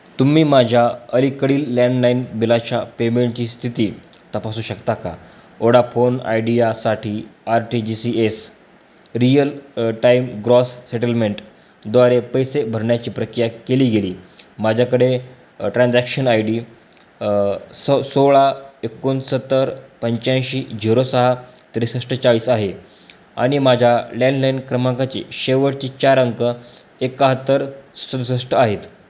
तुम्ही माझ्या अलीकडील लँडलाईन बिलाच्या पेमेंटची स्थिती तपासू शकता का ओडाफोन आयडीयासाठी R T G C S real time gross settlement द्वारे पैसे भरण्याची प्रकिया केली गेली माझ्याकडे ट्रान्झॅक्शन आय डी स सोळा एकोणसत्तर पंच्याऐंशी झिरो सहा त्रेसष्ट चाळीस आहे आणि माझ्या लॅनलाईन क्रमांकाचे शेवटचे चार अंक एकाहत्तर सदुसष्ट आहेत